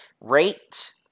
rate